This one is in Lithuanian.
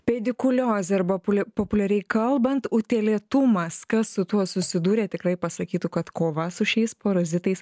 pedikuliozė arba populiariai kalbant utėlėtumas kas su tuo susidūrė tikrai pasakytų kad kova su šiais parazitais